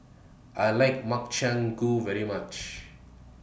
I like Makchang Gui very much